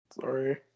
sorry